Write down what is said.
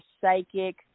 psychic